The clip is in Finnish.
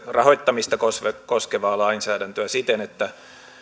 rahoittamista koskevaa koskevaa lainsäädäntöä siten että